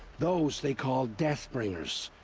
those they call deathbringers!